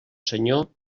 senyor